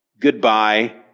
Goodbye